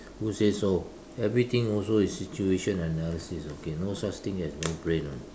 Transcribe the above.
who say so everything also is situation analysis okay no such thing as no brain [one]